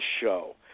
show